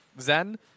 Zen